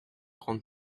grande